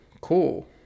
cool